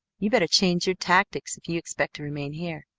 you better change your tactics if you expect to remain here.